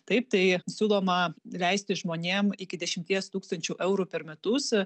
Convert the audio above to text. taip tai siūloma leisti žmonėms iki dešimties tūkstančių eurų per metus